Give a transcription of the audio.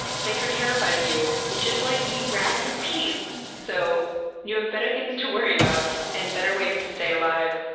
snakes are terrified of you, they just want to eat rats in peace! so you have better things to worry about and better ways to stay alive,